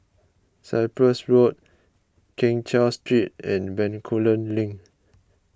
Cyprus Road Keng Cheow Street and Bencoolen Link